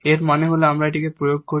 এর মানে হল আমরা এটি প্রয়োগ করি